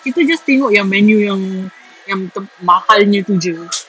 kita just tengok yang menu yang mahalnya tu jer